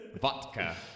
Vodka